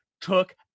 took